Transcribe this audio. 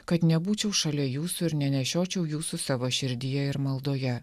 kad nebūčiau šalia jūsų ir nenešiočiau jūsų savo širdyje ir maldoje